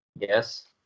Yes